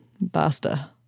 Basta